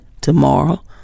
tomorrow